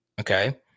Okay